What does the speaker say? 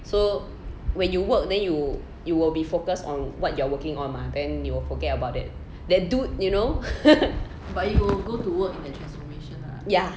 so when you work then you you will be focused on what you are working on mah then you will forget about that that dude you know ya